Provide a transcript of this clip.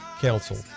council